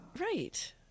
Right